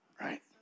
right